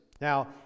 Now